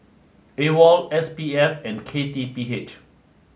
AWOL S P F and K T P H